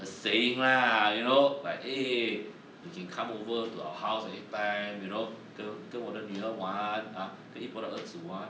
just saying lah you know like eh you can come over to our house anytime you know 跟跟我的女儿玩跟姨婆的儿子玩